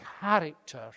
character